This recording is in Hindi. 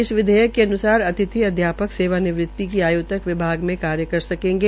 इस विधेयक के अन्सार अतिथि अध्यापक सेवा निवृति की आय् तक विभाग में कार्य कर सकेंगे